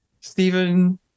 Stephen